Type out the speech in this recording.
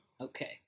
Okay